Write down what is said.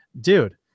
dude